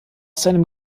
seinem